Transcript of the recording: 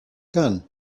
gun